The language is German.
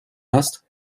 hast